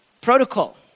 protocol